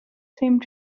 same